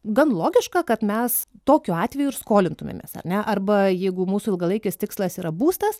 gan logiška kad mes tokiu atveju ir skolintumėmės ar ne arba jeigu mūsų ilgalaikis tikslas yra būstas